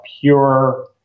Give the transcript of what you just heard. pure